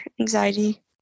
anxiety